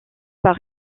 par